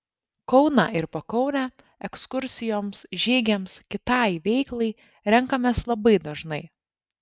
kauną ir pakaunę ekskursijoms žygiams kitai veiklai renkamės labai dažnai